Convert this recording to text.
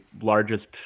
largest